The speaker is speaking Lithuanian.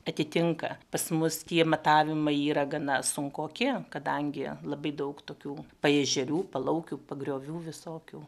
atitinka pas mus tie matavimai yra gana sunkoki kadangi labai daug tokių paežerių palaukių pagriovių visokių